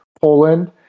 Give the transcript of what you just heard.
Poland